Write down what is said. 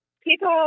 people